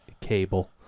cable